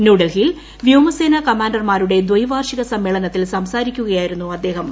ന്യൂഡൽഹിയിൽ വ്യോമസേന കമാൻഡർമാരുടെ ദൈവാർഷിക സമ്മേളനത്തിൽ സംസാരിക്കുകയായിരുന്നു അദ്ദേഹം